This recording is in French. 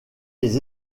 des